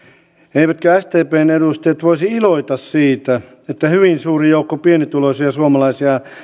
eivätkö sdpn edustajat voisi iloita siitä että hyvin suuri joukko pienituloisia suomalaisia